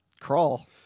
crawl